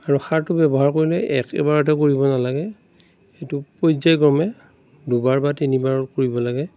আৰু সাৰটো ব্যৱহাৰ কৰিলে একেবাৰতে কৰিব নালাগে সেইটো পৰ্যায়ক্ৰমে দুবাৰ বা তিনিবাৰ কৰিব লাগে